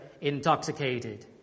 intoxicated